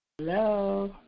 Hello